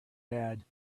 bad